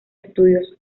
estudios